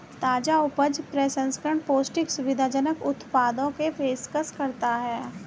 ताजा उपज प्रसंस्करण पौष्टिक, सुविधाजनक उत्पादों की पेशकश करता है